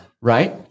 right